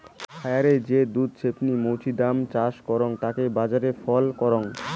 খায়ারে যে দুধ ছেপনি মৌছুদাম চাষ করাং তাকে বাজারে ফাল করাং